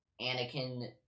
Anakin